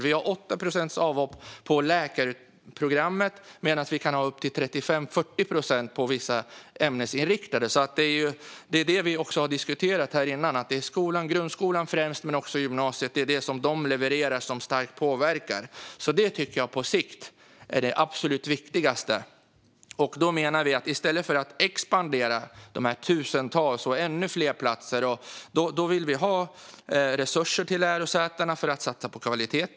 Vi har 8 procents avhopp från läkarprogrammet medan vi kan ha upp till 35-40 procents avhopp från vissa ämnesinriktade program. Vi har också diskuterat här tidigare att det som främst grundskolan men även gymnasiet levererar starkt påverkar. Det tycker jag alltså på sikt är det absolut viktigaste. I stället för att expandera dessa tusentals platser och ha ännu fler platser vill vi därför ha resurser till lärosätena för att satsa på kvalitet.